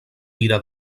ira